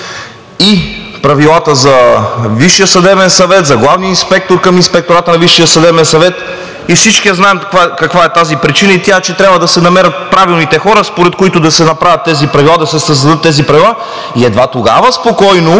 и Правилата за Висшия съдебен съвет, за главния инспектор в Инспектората на Висшия съдебен съвет. Всички знаем каква е тази причина – тя е, че трябва да се намерят правилните хора, според които да се създадат тези правила. Едва тогава спокойно